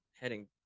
heading